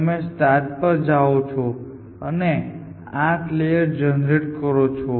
તમે સ્ટાર્ટ પર જાઓ છો અને 8 લેયર જનરેટ કરો છો